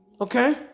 Okay